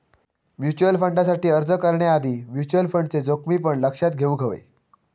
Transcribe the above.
mutual फंडसाठी अर्ज करण्याआधी म्युचल फंडचे जोखमी पण लक्षात घेउक हवे